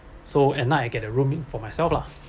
so at night I get a room for myself lah